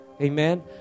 Amen